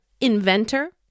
inventor